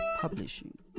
Publishing